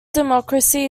democracy